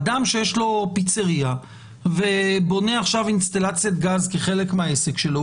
אדם שיש לו פיצרייה ובונה עכשיו אינסטלציית גז כחלק מהעסק שלו,